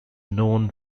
known